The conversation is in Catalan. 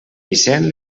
vicent